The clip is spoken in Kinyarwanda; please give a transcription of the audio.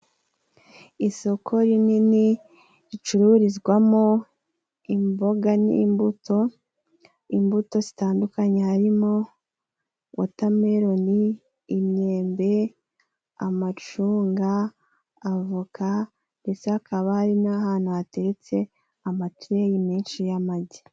Isoko rinini ricururizwamo imboga n'imbuto， imbuto zitandukanye， harimo wotemeroni， imyembe， amacunga， avoka，ndetse hari n'ahantu hateretse amatureyi menshi y'amagi.